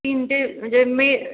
तीन ते म्हणजे मे